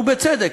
ובצדק,